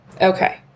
okay